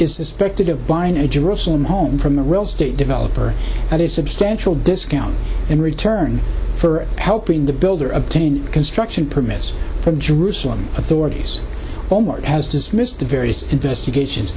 directed of buying a jerusalem home from the real estate developer at a substantial discount in return for helping the builder obtain construction permits from jerusalem authorities omar has dismissed the various investigations